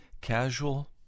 casual